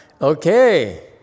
Okay